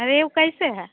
रोहू कैसे है